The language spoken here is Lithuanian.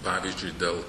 pavyzdžiui dėl